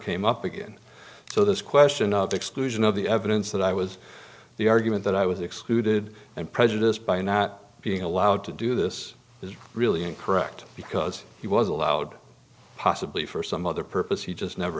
came up again so this question of exclusion of the evidence that i was the argument that i was excluded and prejudice by not being allowed to do this is really incorrect because he was allowed possibly for some other purpose he just never